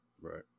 Right